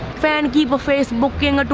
fan keep facebooking,